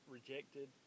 Rejected